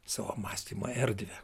savo mąstymo erdvę